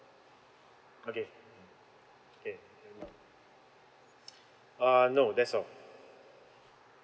okay okay uh no that's all